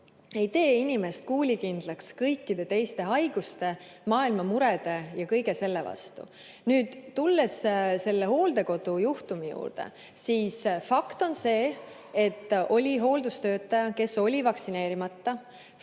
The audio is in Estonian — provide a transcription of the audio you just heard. ei tee inimest kuulikindlaks kõikide teiste haiguste, maailma murede ja kõige selle vastu. Tulles selle hooldekodujuhtumi juurde, siis fakt on see, et oli hooldustöötaja, kes oli vaktsineerimata.